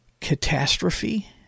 catastrophe